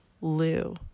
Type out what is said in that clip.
Lou